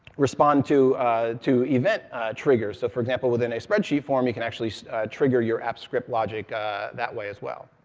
respond to to event triggers. so for example, within a spreadsheet form, you can actually trigger your apps script logic that way as well.